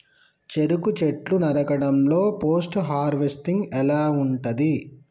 చెరుకు చెట్లు నరకడం లో పోస్ట్ హార్వెస్టింగ్ ఎలా ఉంటది?